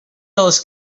els